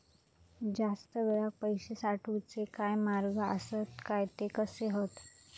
जास्त वेळाक पैशे साठवूचे काय मार्ग आसत काय ते कसे हत?